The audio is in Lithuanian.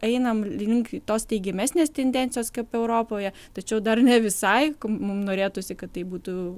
einam link tos teigiamesnės tendencijos kaip europoje tačiau dar ne visai mum norėtųsi kad taip būtų